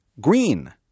green